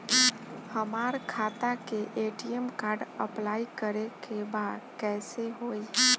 हमार खाता के ए.टी.एम कार्ड अप्लाई करे के बा कैसे होई?